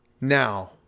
Now